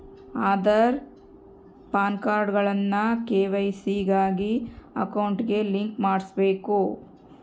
ಆದಾರ್, ಪಾನ್ಕಾರ್ಡ್ಗುಳ್ನ ಕೆ.ವೈ.ಸಿ ಗಾಗಿ ಅಕೌಂಟ್ಗೆ ಲಿಂಕ್ ಮಾಡುಸ್ಬಕು